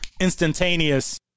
instantaneous